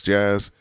Jazz